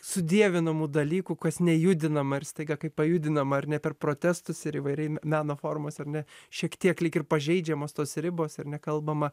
sudievinamų dalykų kas nejudinama ir staiga kaip pajudinama ar ne per protestus ir įvairiai meno formos ar ne šiek tiek lyg ir pažeidžiamos tos ribos ir nekalbama